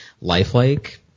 lifelike